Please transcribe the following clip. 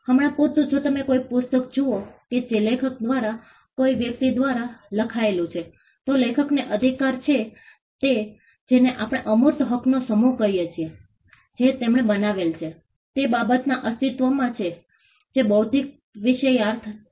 હમણાં પૂરતું જો તમે કોઈ પુસ્તક જુઓ કે જે લેખક દ્વારા કોઈ વ્યક્તિ દ્વારા લખાયેલું છે તો લેખકનો અધિકાર તે છે જેને આપણે અમૂર્ત હકોનો સમૂહ કહીએ છીએ જે તેમણે બનાવેલ છે તે બાબતમાં અસ્તિત્વમાં છે જે બૌદ્ધિક વિષયાર્થ છે